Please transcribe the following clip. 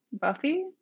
Buffy